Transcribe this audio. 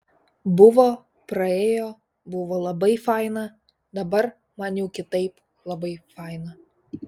buvo praėjo buvo labai faina dabar man jau kitaip labai faina